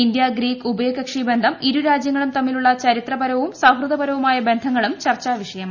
India Greek ഉഭയകക്ഷി ബന്ധം ഇരുരാജ്യങ്ങളും തമ്മിലുള്ള ചരിത്രപരവും സൌഹൃദപരവുമായ ബന്ധങ്ങളും ചർച്ചാവിഷയമായി